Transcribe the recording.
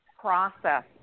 process